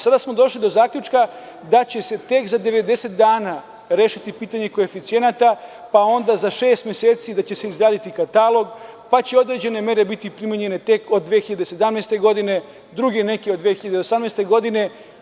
Sada smo došli do zaključka da će se tek za 90 dana rešiti pitanje koeficijenata, pa onda za šest meseci da će se izraditi katalog, pa će određene mere biti primenjene tek od 2017. godine, druge neke od 2018. godine.